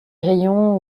rayons